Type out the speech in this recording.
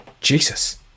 Jesus